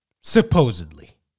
Supposedly